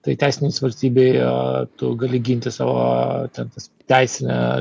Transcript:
tai teisinės valstybėje tu gali ginti savo ten tas teisine